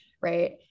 right